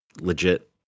legit